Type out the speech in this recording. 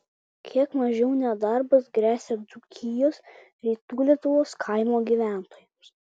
kiek mažiau nedarbas gresia dzūkijos rytų lietuvos kaimo gyventojams